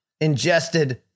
ingested